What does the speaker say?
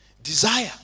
Desire